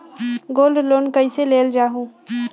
Gold loan कईसे लेल जाहु?